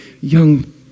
young